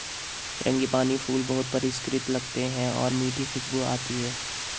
frangipani फूल बहुत परिष्कृत लगते हैं और मीठी खुशबू आती है